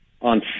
on